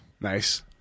Nice